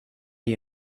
you